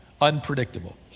unpredictable